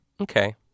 Okay